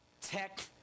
tech